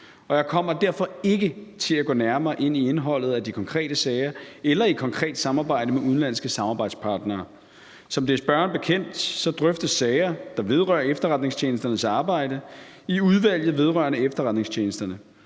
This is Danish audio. jeg kommer derfor ikke til at gå nærmere ind i indholdet af de konkrete sager eller i et konkret samarbejde med udenlandske samarbejdspartnere. Som det er spørgeren bekendt, drøftes sager, der vedrører efterretningstjenesternes arbejde, i Udvalget vedrørende Efterretningstjenesterne.